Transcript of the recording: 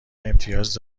امتیاز